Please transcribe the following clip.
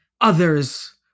others